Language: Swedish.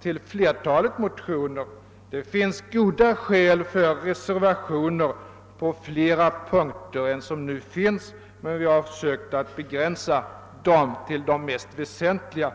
till ett flertal motioner. Det finns goda skäl för reservationer på flera punkter än dem som nu föreligger, men vi har försökt begränsa dem till de mest väsentliga.